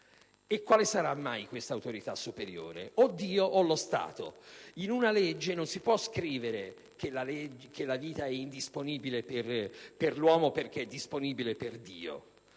E quale sarà mai questa autorità superiore? O Dio o lo Stato. In una legge non si può scrivere che la vita è indisponibile per l'uomo perché è disponibile per Dio: